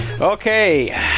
Okay